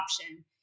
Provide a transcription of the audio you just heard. option